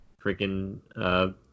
freaking